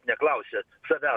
neklausiat savęs